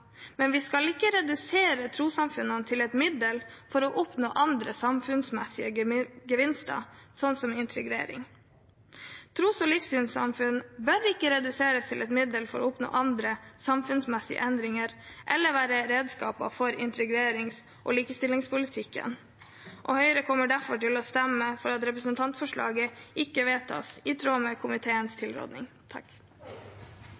men vi skal ikke redusere trossamfunnene til et middel for å oppnå andre samfunnsmessige gevinster, som integrering. Tros- og livssynssamfunn bør ikke reduseres til et middel for å oppnå andre samfunnsmessige endringer eller være redskaper for integrerings- og likestillingspolitikken. Høyre kommer derfor til å stemme for at representantforslaget ikke vedtas, i tråd med komiteens